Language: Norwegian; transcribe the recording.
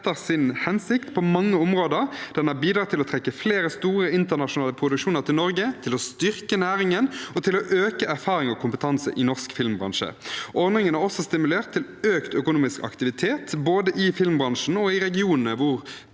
etter sin hensikt på mange områder. Den har bidratt til å trekke flere store internasjonale produksjoner til Norge, til å styrke næringen og til å øke erfaring og kompetanse i norsk filmbransje. Ordningen har også stimulert til økt økonomisk aktivitet både i filmbransjen og i regionene hvor